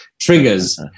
triggers